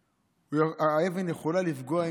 האבן יכולה לפגוע,